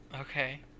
Okay